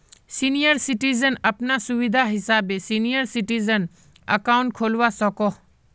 senior citizen अपना सुविधा हिसाबे सीनियर सिटीजन अकाउंट खोलवा सकोह